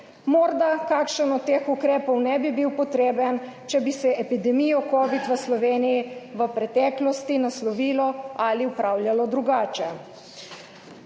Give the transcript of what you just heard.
Morda kakšen od teh ukrepov ne bi bil potreben, če bi se epidemijo covida v Sloveniji v preteklosti naslovilo ali upravljalo drugače.